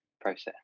process